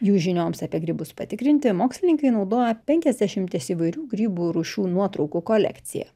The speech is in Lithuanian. jų žinioms apie grybus patikrinti mokslininkai naudoja penkiasdešimies įvairių grybų rūšių nuotraukų kolekciją